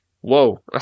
whoa